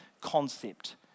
concept